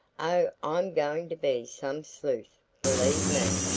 oh, i'm going to be some sleuth, believe me.